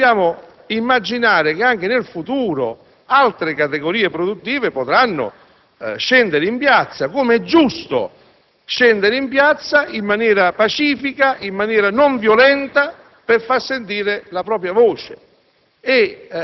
Quindi, dobbiamo immaginare che, anche in futuro, altre categorie produttive potranno scendere in piazza, come è giusto fare, in maniera pacifica e non violenta, per far sentire la propria voce.